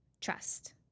trust